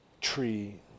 tree